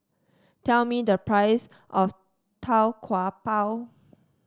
tell me the price of Tau Kwa Pau